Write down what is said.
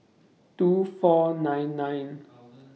two four nine nine